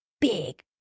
big